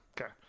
okay